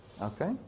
Okay